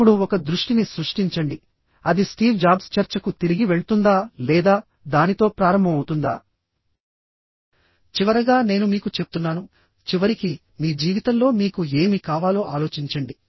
ఇప్పుడు ఒక దృష్టిని సృష్టించండి అది స్టీవ్ జాబ్స్ చర్చకు తిరిగి వెళ్తుందా లేదా దానితో ప్రారంభమవుతుందా చివరగా నేను మీకు చెప్తున్నాను చివరికి మీ జీవితంలో మీకు ఏమి కావాలో ఆలోచించండి